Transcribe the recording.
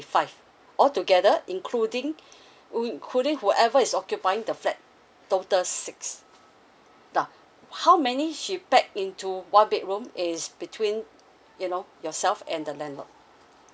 five all together including including whoever is occupying the flat total six uh how many she packed into one bedroom is between you know yourself and the landlord